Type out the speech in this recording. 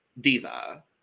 Diva